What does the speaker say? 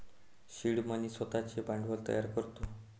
seed money स्वतःचे भांडवल तयार करतो